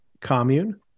commune